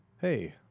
hey